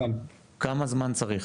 כמה זמן צריך?